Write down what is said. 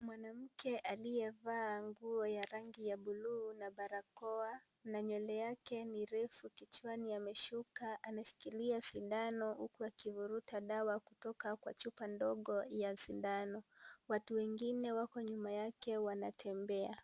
Mwanamke aliyevaa nguo ya rangi ya buluu na barakoa na nywele yake ni refu, kichwani amesuka, anashikilia sindano huku akivuruta dawa kutoka kwa chupa ndogo ya sindano, watu wengine wako nyuma yake wanatembea.